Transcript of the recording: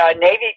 navy